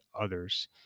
others